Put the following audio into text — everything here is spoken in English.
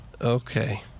Okay